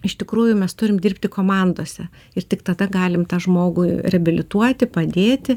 iš tikrųjų mes turim dirbti komandose ir tik tada galim tą žmogų reabilituoti padėti